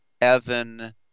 Evan